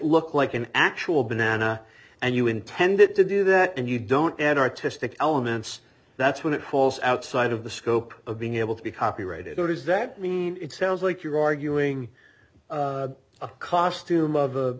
look like an actual banana and you intended to do that and you don't add artistic elements that's when it falls outside of the scope of being able to be copyrighted or does that mean it sounds like you're arguing a costume of